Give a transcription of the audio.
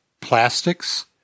plastics